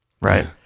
right